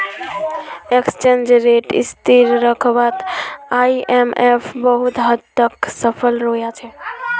exchange rate स्थिर रखवात IMF बहुत हद तक सफल रोया छे